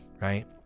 right